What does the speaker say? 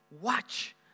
Watch